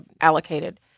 allocated